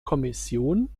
kommission